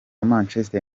manchester